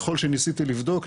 ככול שניסיתי לבדוק,